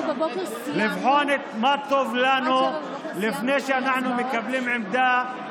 לבחון מה טוב לנו לפני שאנחנו מקבלים עמדה,